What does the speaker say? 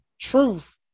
truth